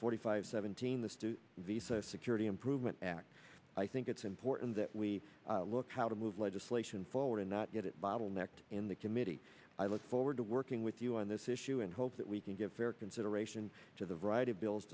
forty five seventeen the student visa security improvement act i think it's important that we look how to move legislation forward and not get it bottlenecked in the committee i look forward to working with you on this issue and hope that we can get fair consideration to the right of bills